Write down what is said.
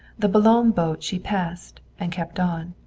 the boulogne boat she passed, and kept on.